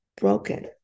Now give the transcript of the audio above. broken